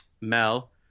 mel